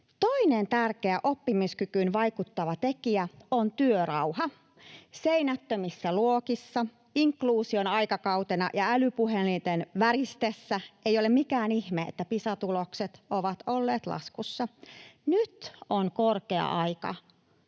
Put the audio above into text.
Toinen tärkeä oppimiskykyyn vaikuttava tekijä on työrauha. Seinättömissä luokissa, inkluusion aikakautena ja älypuhelinten väristessä ei ole mikään ihme, että Pisa-tulokset ovat olleet laskussa. Nyt on korkea aika